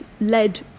led